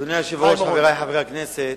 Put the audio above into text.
אדוני היושב-ראש, חברי חברי הכנסת,